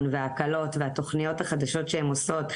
וההקלות והתוכניות החדשות שהן עושות,